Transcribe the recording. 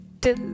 Till